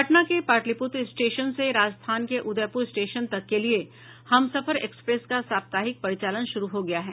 पटना के पाटलिपुत्र स्टेशन से राजस्थान के उदयपुर स्टेशन तक के लिए हमसफर एक्सप्रेस का साप्ताहिक परिचालन शुरू हो गया है